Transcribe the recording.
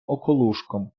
околушком